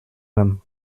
him